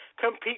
compete